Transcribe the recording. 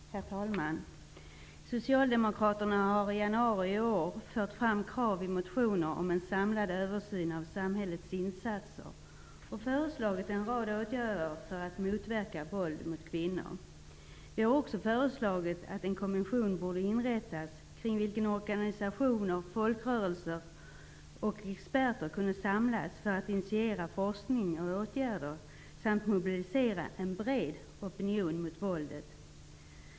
Herr talman! Socialdemokraterna har i januari i år fört fram krav i motioner om en samlad översyn av samhällets insatser vad gäller våld mot kvinnor och föreslagit en rad åtgärder för att motverka sådant våld. Vi har också föreslagit att en kommission borde inrättas, kring vilken organisationer, folkrörelser och experter kunde samlas för att initiera forskning och åtgärder samt mobilisera en bred opinion mot våldet.